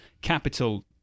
capital